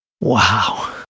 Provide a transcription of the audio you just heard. Wow